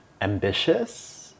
ambitious